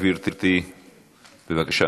גברתי, בבקשה.